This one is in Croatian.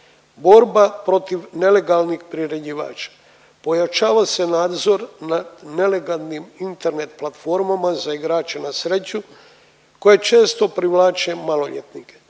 Borba protiv nelegalnih priređivača, pojačava se nadzor nad nelegalnim Internet platformama za igrače na sreću koje često privlače maloljetnike.